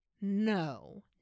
No